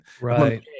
right